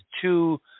two